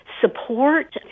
support